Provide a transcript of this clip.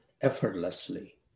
effortlessly